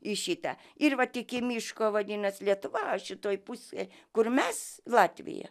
į šitą ir vat iki miško vadinas lietuva o šitoj pusėj kur mes latvija